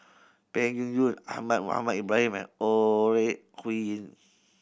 Peng Yuyun Ahmad Mohamed Ibrahim and Ore Huiying